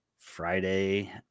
friday